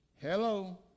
Hello